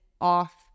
off